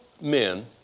men